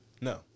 No